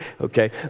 okay